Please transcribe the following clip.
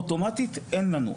אוטומטית אין לנו.